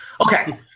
Okay